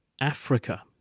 Africa